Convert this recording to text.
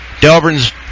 Delburn's